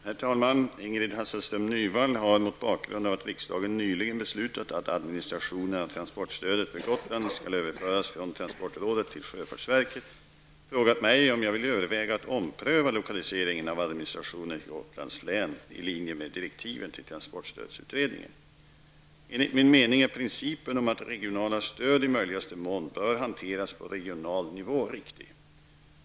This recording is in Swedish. Herr talman! Ingrid Hasselström Nyvall har, mot bakgrund av att riksdagen nyligen beslutat att administrationen av transportstödet för Gotland skall överföras från transportrådet till sjöfartsverket, frågat mig om jag vill överväga att ompröva lokaliseringen av administrationen till Enligt min mening är principen om att regionala stöd i möjligaste mån bör hanteras på regional nivå riktig.